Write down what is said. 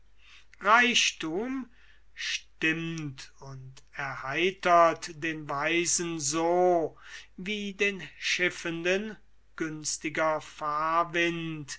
reichthum stimmt und erheitert den weisen so wie den schiffenden günstiger